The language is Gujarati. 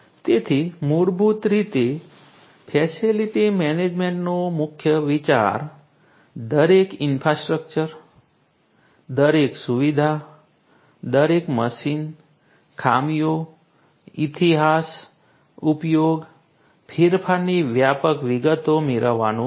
તેથી મૂળભૂત રીતે ફેસિલિટી મેનેજમેન્ટનો મુખ્ય વિચાર દરેક ઈન્ફ્રાસ્ટ્રક્ચર દરેક સુવિધા દરેક મશીન ખામીઓ ઈતિહાસ ઉપયોગ ફેરફારની વ્યાપક વિગતો મેળવવાનો છે